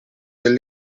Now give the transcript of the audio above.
del